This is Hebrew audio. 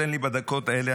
תן לי בדקות האלה,